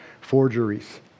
forgeries